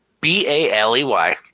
B-A-L-E-Y